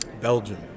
Belgium